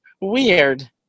Weird